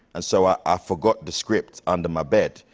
and so ah i forgot the script under my bed.